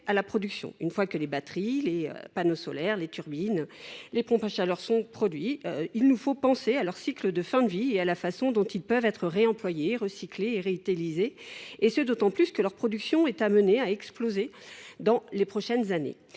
à la production. Une fois que les batteries, les panneaux solaires, les turbines, les pompes à chaleur, etc. sont produits, il nous faut penser à leur cycle de fin de vie et à la façon dont ils peuvent être réemployés, recyclés et réutilisés, d’autant plus que leur production a vocation à exploser dans les prochaines années.